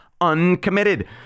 uncommitted